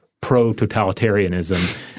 pro-totalitarianism